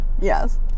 Yes